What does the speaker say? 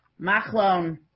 Machlon